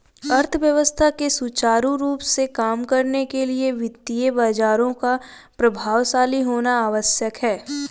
अर्थव्यवस्था के सुचारू रूप से काम करने के लिए वित्तीय बाजारों का प्रभावशाली होना आवश्यक है